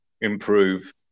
improve